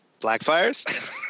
Blackfires